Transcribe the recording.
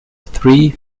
three